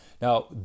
Now